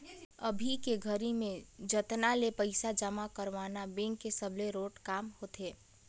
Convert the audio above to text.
अभी के घरी में जनता ले पइसा जमा करवाना बेंक के सबले रोंट काम होथे